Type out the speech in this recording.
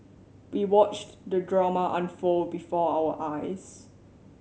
we watched the drama unfold before our eyes